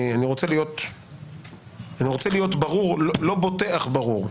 אני רוצה להיות ברור, לא בוטה אך ברור.